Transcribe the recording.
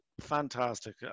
fantastic